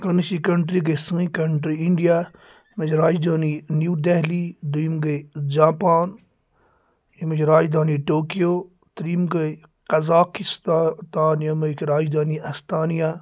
گۄڈٕنچہِ country گٔے سٲنۍ country India ییٚمِچ راجدھانی نیو دہلی دۄیِم گٔے جاپان أمِچ راجدھٲنی ٹوکیو ترٛیم گیٚے کزاکستان ییٚمِچ راجدھٲنۍ استانیہِ